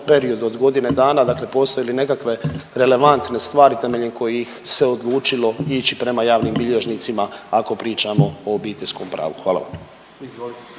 periodu od godine dana, dakle postoje li nekakve relevantne stvari temeljem kojih se odlučilo ić prema javnim bilježnicima, ako pričamo o obiteljskom pravu? Hvala.